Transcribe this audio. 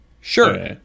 Sure